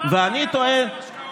אתה דיברת על השקעות.